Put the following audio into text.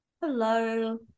Hello